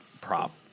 prop